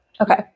Okay